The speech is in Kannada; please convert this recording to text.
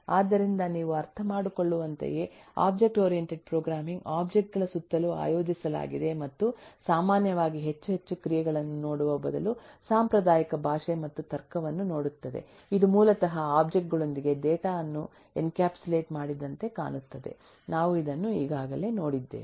ಆದ್ದರಿಂದ ನೀವು ಅರ್ಥಮಾಡಿಕೊಳ್ಳುವಂತೆಯೇ ಒಬ್ಜೆಕ್ಟ್ ಓರಿಯೆಂಟೆಡ್ ಪ್ರೋಗ್ರಾಮಿಂಗ್ ಒಬ್ಜೆಕ್ಟ್ ಗಳ ಸುತ್ತಲೂ ಆಯೋಜಿಸಲಾಗಿದೆ ಮತ್ತು ಸಾಮಾನ್ಯವಾಗಿ ಹೆಚ್ಚು ಹೆಚ್ಚು ಕ್ರಿಯೆಗಳನ್ನು ನೋಡುವ ಬದಲು ಸಾಂಪ್ರದಾಯಿಕ ಭಾಷೆ ಅಥವಾ ತರ್ಕವನ್ನು ನೋಡುತ್ತದೆ ಇದು ಮೂಲತಃ ಒಬ್ಜೆಕ್ಟ್ ಗಳೊಂದಿಗೆ ಡೇಟಾ ವನ್ನು ಎನ್ಕ್ಯಾಪ್ಸುಲೇಟ್ ಮಾಡಿದಂತೆ ಕಾಣುತ್ತದೆ ನಾವು ಅದನ್ನು ಈಗಾಗಲೇ ನೋಡಿದ್ದೇವೆ